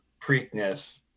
Preakness